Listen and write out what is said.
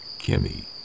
Kimmy